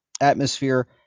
atmosphere